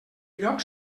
lloc